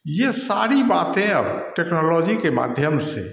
यह सारी बातें अब टेक्नोलॉजी के माध्यम से